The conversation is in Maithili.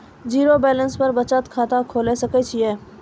जीरो बैलेंस पर बचत खाता खोले सकय छियै?